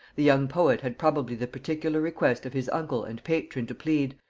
the young poet had probably the particular request of his uncle and patron to plead,